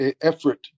effort